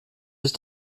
sich